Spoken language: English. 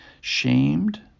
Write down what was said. shamed